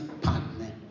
partner